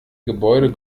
gebäude